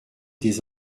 des